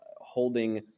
holding